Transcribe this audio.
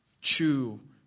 Chew